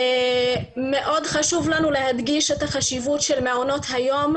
מאוד חשוב לנו להדגיש את החשיבות של מעונות היום,